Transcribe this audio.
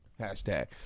hashtag